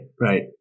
right